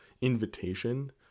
invitation